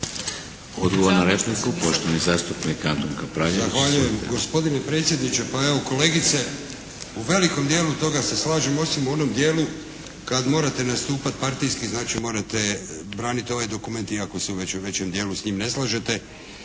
Odgovor na repliku poštovani zastupnik Antun Kapraljević.